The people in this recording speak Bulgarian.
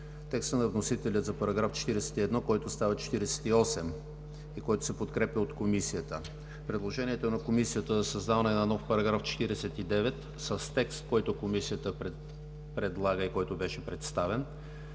текстът на вносителя за § 41, който става § 48 и се подкрепя от Комисията; предложенията на Комисията за създаване на нов § 49 с текст, който Комисията предлага и който беше представен;